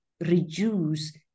reduce